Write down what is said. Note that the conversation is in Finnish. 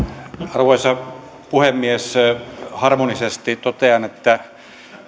arvoisa puhemies harmonisesti totean että